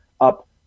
up